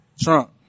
Trump